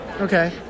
Okay